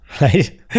right